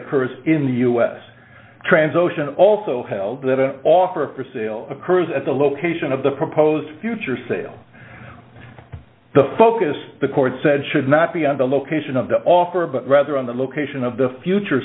occurs in the us trans ocean also held that an offer for sale occurs at the location of the proposed future sale the focus the court said should not be on the location of the offer but rather on the location of the future